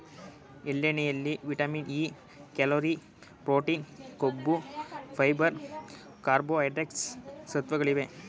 ಎಳ್ಳೆಣ್ಣೆಯಲ್ಲಿ vitamin E, calorie, protein, ಕೊಬ್ಬು, fibre, carbohydrates ಸತ್ವಗಳಿವೆ